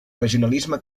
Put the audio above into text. regionalisme